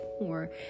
more